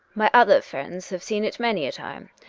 my other friends have seen it many a time,